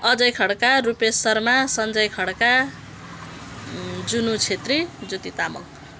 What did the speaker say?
Ajay Khadka Rupesh Sharma Sanjay Khadka Junu Chhetri Jyoti Tamang